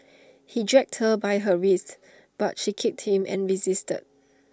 he dragged her by her wrists but she kicked him and resisted